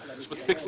יש מספיק סיבות.